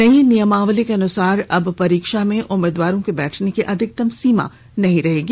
नयी नियमावली के अनुसार अब परीक्षा में उम्मीदवारों के बैठने की अधिकतम सीमा नहीं होगी